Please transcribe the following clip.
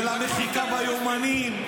ולמחיקה ביומנים?